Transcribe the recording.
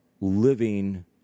living